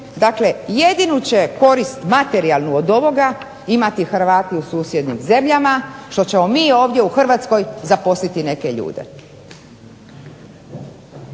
Dakle, jedinu će korist materijalnu od ovoga imati Hrvati u susjednim zemljama što ćemo mi ovdje u Hrvatskoj zaposliti neke ljude.